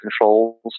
controls